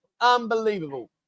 Unbelievable